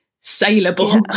saleable